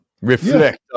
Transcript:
reflect